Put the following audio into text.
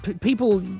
people